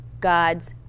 God's